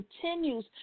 continues